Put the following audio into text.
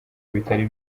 bitari